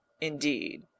indeed